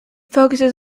focuses